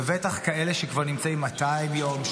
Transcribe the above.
ובטח כאלה שנמצאים כבר 200 יום,